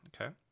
okay